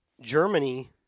Germany